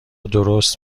درست